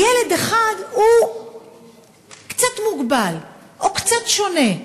וילד אחד הוא קצת מוגבל או קצת שונה,